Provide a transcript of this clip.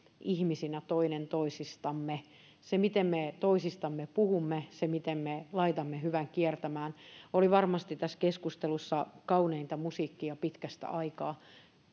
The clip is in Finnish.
ihmisinä toinen toisistamme se miten me toisistamme puhumme se miten me laitamme hyvän kiertämään oli varmasti tässä keskustelussa kauneinta musiikkia pitkästä aikaa